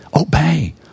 Obey